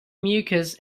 mucus